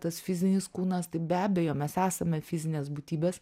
tas fizinis kūnas tai be abejo mes esame fizinės būtybės